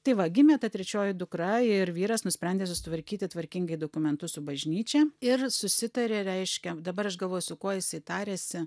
tai va gimė ta trečioji dukra ir vyras nusprendė susitvarkyti tvarkingai dokumentus su bažnyčia ir susitarė reiškia dabar aš galvoju su kuo jisai tarėsi